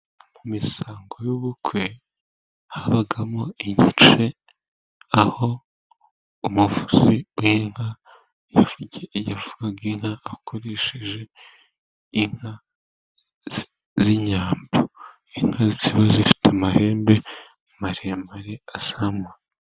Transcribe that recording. Mu misango y'ubukwe habagamo igice, aho umuvuzi w'inka, avugara inka akoresheje inka z'inyambo, inka ziba zifite amahembe maremare asamaje.